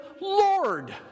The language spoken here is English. Lord